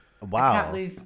Wow